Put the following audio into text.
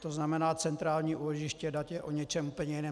To znamená, centrální úložiště dat je o něčem úplně jiném.